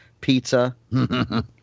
pizza